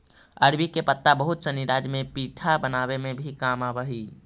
अरबी के पत्ता बहुत सनी राज्य में पीठा बनावे में भी काम आवऽ हई